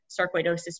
sarcoidosis